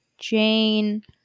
Jane